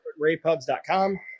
raypubs.com